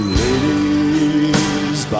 ladies